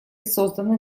созданы